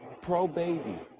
pro-baby